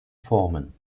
formen